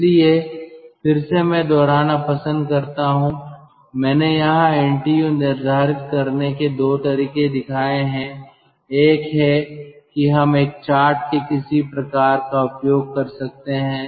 इसलिए फिर से मैं दोहराना पसंद करता हूं मैंने यहां एनटीयू निर्धारित करने के दो तरीके दिखाए हैं एक है कि हम एक चार्ट के किसी प्रकार का उपयोग कर सकते हैं